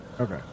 Okay